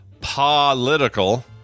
political